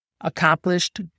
accomplished